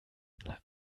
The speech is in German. lang